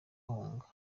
bahunga